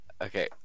okay